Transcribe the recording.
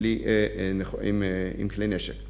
עם כלי נשק